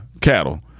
cattle